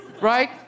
right